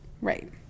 Right